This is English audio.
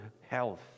health